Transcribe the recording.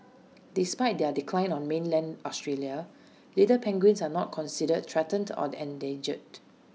despite their decline on mainland Australia little penguins are not considered threatened or endangered